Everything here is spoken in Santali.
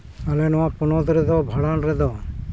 ᱟᱞᱮ ᱱᱚᱣᱟ ᱯᱚᱱᱚᱛ ᱨᱮᱫᱚ ᱵᱷᱟᱸᱰᱟᱱ ᱨᱮᱫᱚ